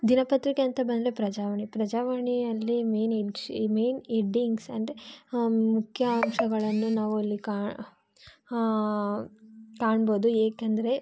ದಿನಪತ್ರಿಕೆ ಅಂತ ಬಂದರೆ ಪ್ರಜಾವಾಣಿ ಪ್ರಜಾವಾಣಿಯಲ್ಲಿ ಮೇನ್ ಮೇನ್ ಎಡ್ಡಿಂಗ್ಸ್ ಅಂದರೆ ಮುಖ್ಯಾಂಶಗಳನ್ನು ನಾವು ಅಲ್ಲಿ ಕಾ ಹಾಂ ಕಾಣ್ಬೋದು ಏಕೆಂದರೆ